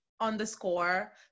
underscore